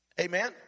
Amen